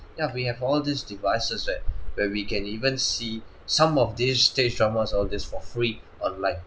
ya we have all these devices right where we can even see some of these stage dramas all this for free on like